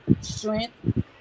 strength